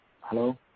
hello